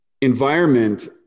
environment